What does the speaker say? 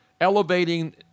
elevating